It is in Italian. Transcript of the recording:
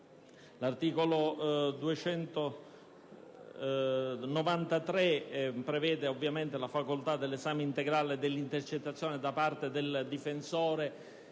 All'articolo 293 si prevede la facoltà dell'esame integrale dell'intercettazione da parte del difensore,